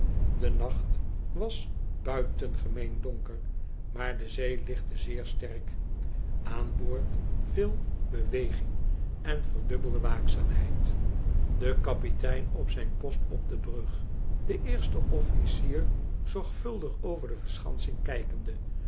de nacht was buitengemeen donker maar de zee lichtte zeer sterk aan boord veel beweging en verdubbelde waakzaamheid de kapitein op zijn post op de brug de eerste officier zorgvuldig over de verschansing kijkende